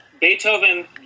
Beethoven